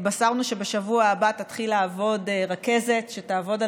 התבשרנו שבשבוע הבא תתחיל לעבוד רכזת שתעבוד על